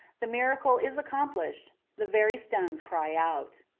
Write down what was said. the miracle is accomplished the very stones cry out.